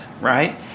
right